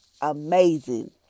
amazing